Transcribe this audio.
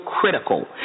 critical